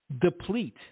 deplete